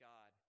God